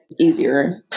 easier